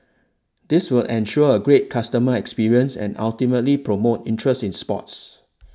this will ensure a great customer experience and ultimately promote interest in sports